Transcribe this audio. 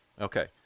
Okay